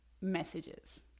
messages